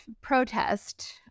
protest